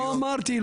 לא אמרתי.